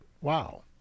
wow